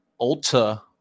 ulta